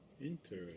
Interesting